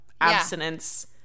abstinence